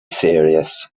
serious